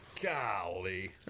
Golly